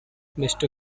mister